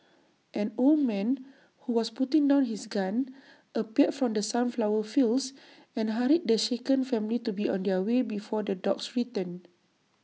an old man who was putting down his gun appeared from the sunflower fields and hurried the shaken family to be on their way before the dogs return